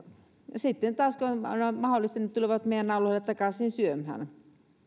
ja sitten taas kun on mahdollista niin ne tulevat meidän alueellemme takaisin syömään